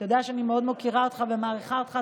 אתה יודע שאני מאוד מוקירה אותך ומעריכה אותך,